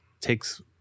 takes